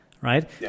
right